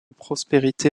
prospérité